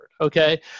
okay